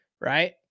right